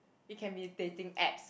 it can be dating apps